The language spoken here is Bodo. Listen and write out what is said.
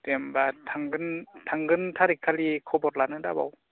दे होमबा थांगोन थांगोन थारिग खालि खबर लानो दाबाव